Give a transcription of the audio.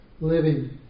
Living